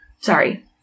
Sorry